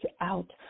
out